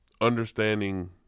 Understanding